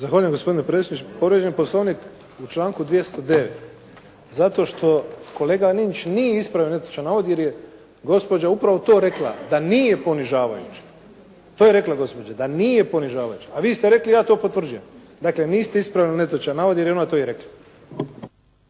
Zahvaljujem, gospodine predsjedniče. Povrijeđen je Poslovnik u članku 209. zato što kolega Linić nije ispravio netočan navod, jer je gospođa upravo to rekla, da nije ponižavajuće. To je rekla gospođa, da nije ponižavajuće. A vi ste rekli "ja to potvrđujem". Dakle, niste ispravili netočan navod jer je ona to i rekla.